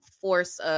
force